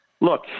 Look